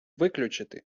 виключити